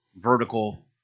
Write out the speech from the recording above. vertical